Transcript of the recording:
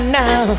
now